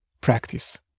practice